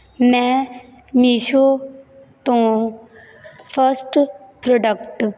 ਮੈਂ ਮੀਸ਼ੋ ਤੋਂ first product